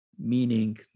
Meaning